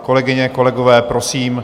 Kolegyně, kolegové, prosím.